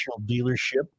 dealership